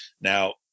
Now